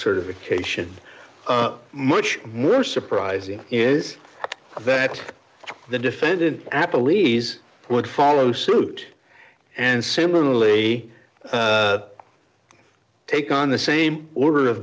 certification much more surprising is that the defendant apple ease would follow suit and similarly take on the same order of